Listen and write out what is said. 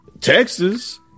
Texas